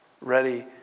ready